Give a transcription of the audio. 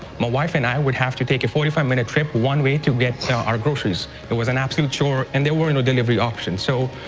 my wife and i would have to take a forty five minute trip one way to get our groceries. it was an absolute chore, and there were no delivery options. so,